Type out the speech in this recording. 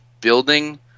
building